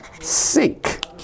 sink